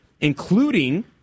including